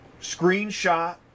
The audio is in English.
Screenshot